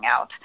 out